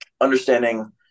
understanding